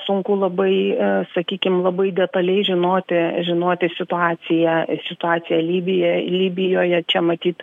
sunku labai sakykim labai detaliai žinoti žinoti situaciją situaciją libija libijoje čia matyt